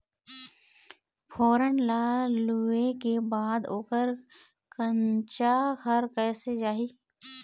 फोरन ला लुए के बाद ओकर कंनचा हर कैसे जाही?